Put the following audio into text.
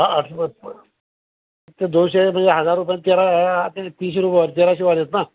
हा आठवलं ते दोनशे रूपये हजार रुपये तेरा ते तीनशे रुपये तेराशेवाले आहेत ना